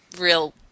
real